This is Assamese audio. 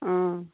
অঁ